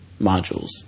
modules